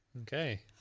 Okay